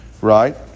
right